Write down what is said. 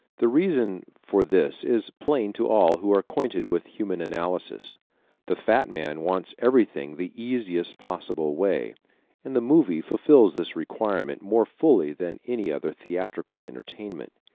the reason for this is plain to all who are acquainted with human analysis the fat man wants everything the easiest possible way and the movie fulfils this requirement more fully than any other theatrical entertainment.